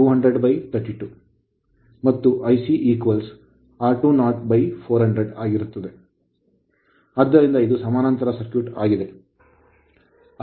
ಮತ್ತು IC R20400 ಆಗಿರುತ್ತದೆ ಆದ್ದರಿಂದ ಇದು ಸಮಾನಾಂತರ ಸರ್ಕ್ಯೂಟ್ ಆಗಿದೆ